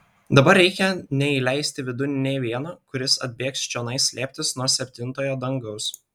dabar reikia neįleisti vidun nė vieno kuris atbėgs čionai slėptis nuo septintojo dangaus